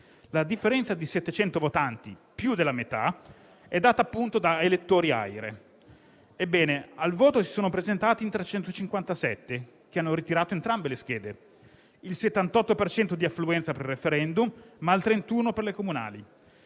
La differenza di 700 votanti, più della metà, è data appunto da elettori AIRE. Ebbene, al voto si sono presentati in 357, che hanno ritirato entrambe le schede. C'è stato il 78 per cento di affluenza per il *referendum*, ma il 31 per le comunali.